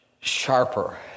sharper